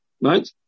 Right